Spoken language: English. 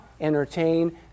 entertain